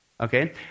Okay